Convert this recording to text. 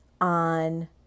on